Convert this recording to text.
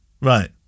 Right